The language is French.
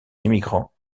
immigrants